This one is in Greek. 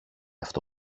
αυτό